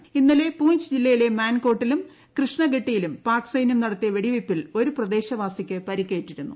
പ്രജ്ജ്നില്ല പൂഞ്ച് ജില്ലയിലെ മാൻകോട്ടിലും കൃഷ്ണഗട്ടിയിലു് പാക് സൈന്യം നടത്തിയ വെടിവയ്പിൽ ഒരു പ്രദേശ്രപ്പാസിക്ക് പരിക്കേറ്റിരുന്നു